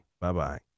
Bye-bye